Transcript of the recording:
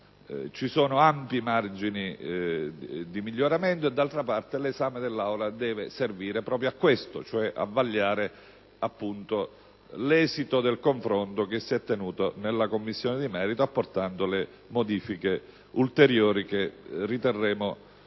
Ci sono ampi margini di miglioramento e d'altra parte l'esame dell'Assemblea deve servire proprio a vagliare l'esito del confronto che si è tenuto nella Commissione di merito, apportando le modifiche ulteriori che riterremo